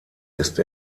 ist